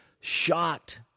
shot